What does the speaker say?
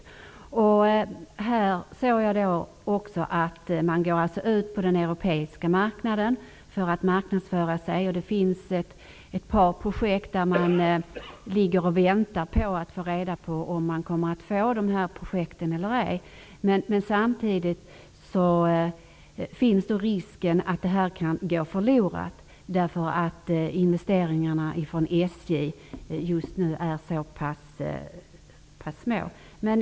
Här går man ut och marknadsför sig på den europeiska marknaden. Det finns ett par projekt där man väntar på svar. Samtidigt finns det en risk att dessa projekt kan gå förlorade därför att investeringarna hos SJ är så pass små.